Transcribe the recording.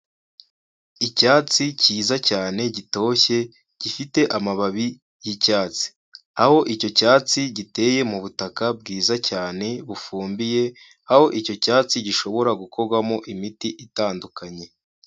Icyatsi cyiza cyane gitoshye, gifite amababi y'icyatsi, aho icyo cyatsi giteye mutaka bwiza cyane bufumbiye, aho icyo cyatsi gishobora gukorwamo imiti itandukanye.